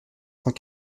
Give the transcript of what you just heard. cent